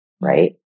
Right